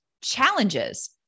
challenges